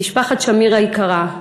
משפחת שמיר היקרה,